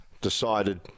decided